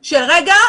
של: רגע,